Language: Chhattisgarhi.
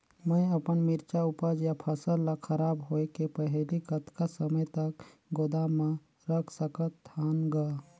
मैं अपन मिरचा ऊपज या फसल ला खराब होय के पहेली कतका समय तक गोदाम म रख सकथ हान ग?